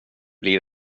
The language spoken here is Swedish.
blir